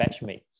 batchmates